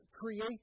create